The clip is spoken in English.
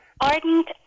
Ardent